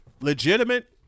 legitimate